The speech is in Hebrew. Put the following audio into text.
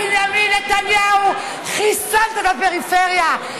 בנימין נתניהו, חיסלת את הפריפריה.